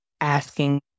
asking